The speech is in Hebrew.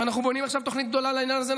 אנחנו בונים עכשיו תוכנית גדולה לעניין הזה,